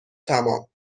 تمام